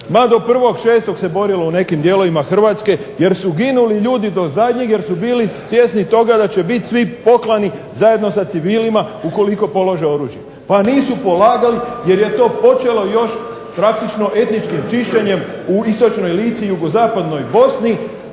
Ma do 1.6. se borilo u nekim dijelovima Hrvatske jer su ginuli ljudi do zadnjeg, jer su bili svjesni toga da će biti svi poklani zajedno sa civilima ukoliko polože oružje. Pa nisu polagali, jer je to počelo još praktično etničkim čišćenjem u istočnoj Lici i jugozapadnoj Bosni